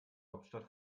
hauptstadt